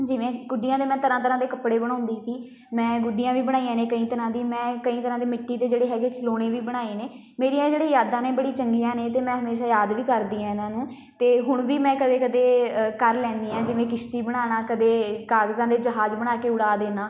ਜਿਵੇਂ ਗੁੱਡੀਆਂ ਦੇ ਮੈਂ ਤਰ੍ਹਾਂ ਤਰ੍ਹਾਂ ਦੇ ਕੱਪੜੇ ਬਣਾਉਂਦੀ ਸੀ ਮੈਂ ਗੁੱਡੀਆਂ ਵੀ ਬਣਾਈਆਂ ਨੇ ਕਈ ਤਰ੍ਹਾਂ ਦੀ ਮੈਂ ਕਈ ਤਰ੍ਹਾਂ ਦੇ ਮਿੱਟੀ ਦੇ ਜਿਹੜੇ ਹੈਗੇ ਖਿਡੌਣੇ ਵੀ ਬਣਾਏ ਨੇ ਮੇਰੀਆਂ ਜਿਹੜੇ ਯਾਦਾਂ ਨੇ ਬੜੀ ਚੰਗੀਆਂ ਨੇ ਅਤੇ ਮੈਂ ਹਮੇਸ਼ਾ ਯਾਦ ਵੀ ਕਰਦੀ ਹਾਂ ਇਹਨਾਂ ਨੂੰ ਅਤੇ ਹੁਣ ਵੀ ਮੈਂ ਕਦੇ ਕਦੇ ਅ ਕਰ ਲੈਂਦੀ ਹਾਂ ਜਿਵੇਂ ਕਿਸ਼ਤੀ ਬਣਾਉਣਾ ਕਦੇ ਕਾਗਜ਼ਾਂ ਦੇ ਜਹਾਜ਼ ਬਣਾ ਕੇ ਉਡਾ ਦੇਣਾ